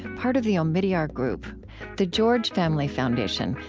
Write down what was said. part of the omidyar group the george family foundation,